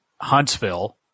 Huntsville